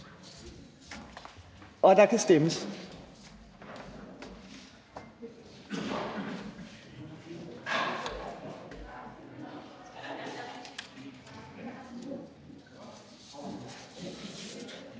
og der kan stemmes.